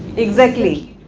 exactly,